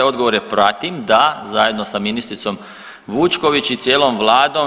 Odgovor je pratim, da zajedno sa ministricom Vučković i cijelom Vladom.